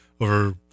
over